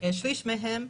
שליש מהם,